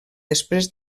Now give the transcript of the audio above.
després